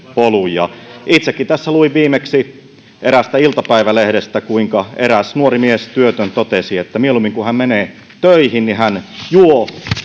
polun itsekin tässä luin viimeksi eräästä iltapäivälehdestä kuinka eräs nuori mies työtön totesi että mieluummin kuin menee töihin hän juo